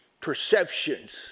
perceptions